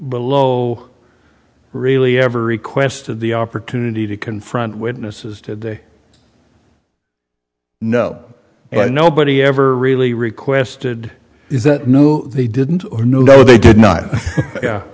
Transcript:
below really ever requested the opportunity to confront witnesses today no but nobody ever really requested is that no they didn't or no they did not